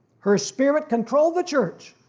her spirit controlled the church.